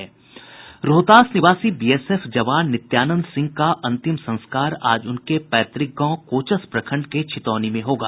रोहतास निवासी बीएसएफ जवान नित्यानंद सिंह का अंतिम संस्कार आज उनके पैतृक गांव कोचस प्रखंड के छितौनी में होगा